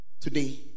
today